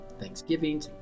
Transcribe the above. Thanksgiving